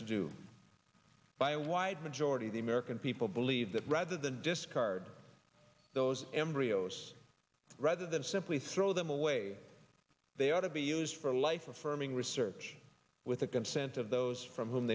to do by a wide majority of the american people believe that rather than discard those embryos rather than simply throw them away they ought to be used for life affirming research with the consent of those from whom